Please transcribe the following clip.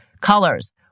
Colors